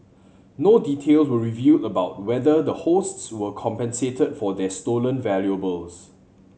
no details were reveal about whether the hosts were compensated for this stolen valuables